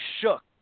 shook